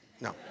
No